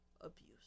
abuse